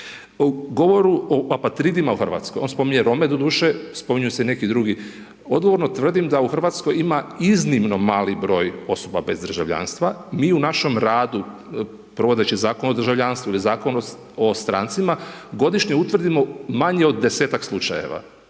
O govoru o apatridima u Hrvatskoj, on spominje Rome, doduše, spominju se i neki drugi. Odgovorno tvrdim da u Hrvatskoj ima iznimno mali broj osoba bez državljanstva Mi u našem radu, provodeći Zakon o državljanstvu ili Zakon o strancima, godišnje utvrdimo manje od 10-tak slučajeva,